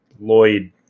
Lloyd